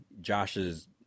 Josh's